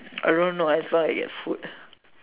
I don't know as far I get food